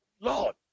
Lord